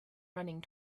running